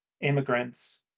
immigrants